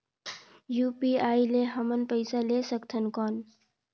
UPI ले हमन पइसा ले सकथन कौन?